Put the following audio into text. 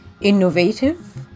innovative